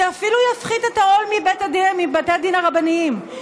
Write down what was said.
זה אפילו יפחית את העול מבתי הדין הרבניים.